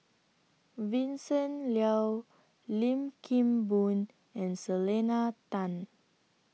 Vincent Leow Lim Kim Boon and Selena Tan